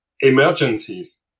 emergencies